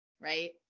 right